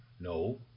no